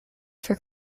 for